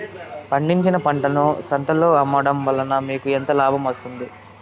పండించిన పంటను సంతలలో అమ్మడం వలన మీకు ఎంత లాభం వస్తుంది?